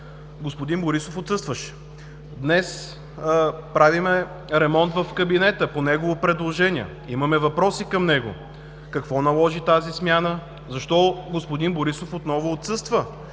господин Борисов отсъстваше. Днес правим ремонт в кабинета по негово предложение. Имаме въпроси към него. Какво наложи тази смяна? Господин Борисов отново отсъства.